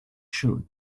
truth